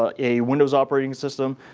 ah a windows operating system.